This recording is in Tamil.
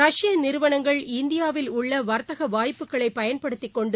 ரஷ்ய நிறுவனங்கள் இந்தியாவில் உள்ள வர்த்தக வாய்ப்புகளை பயன்படுத்திக் கொண்டு